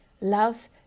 Love